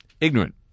ignorant